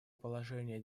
положения